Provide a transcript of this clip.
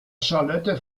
charlotte